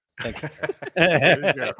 thanks